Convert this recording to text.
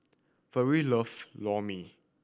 Farris loves Lor Mee